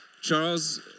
Charles